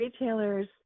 retailers